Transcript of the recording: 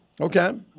Okay